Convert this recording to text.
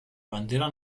bandera